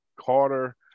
Carter